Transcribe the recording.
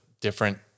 different